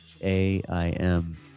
AIM